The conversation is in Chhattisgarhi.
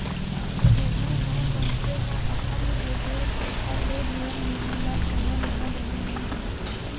दुरघटना म मनखे ह अपंग होगे तेखर ले जीवन बीमा ल कोनो लेना देना नइ हे